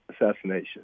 assassination